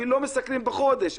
אפילו לא משתכרים בחודש,